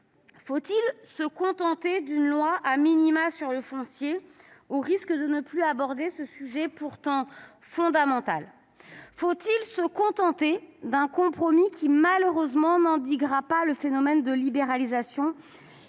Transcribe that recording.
faut-il se contenter d'une loi sur le foncier, au risque de ne plus aborder ce sujet pourtant fondamental ? Faut-il se contenter d'un compromis qui, malheureusement, n'endiguera pas le phénomène de libéralisation